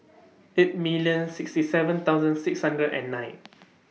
eight million sixty seven thousand six hundred and nine